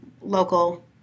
local